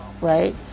right